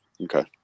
Okay